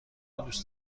دوست